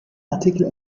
artikel